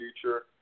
future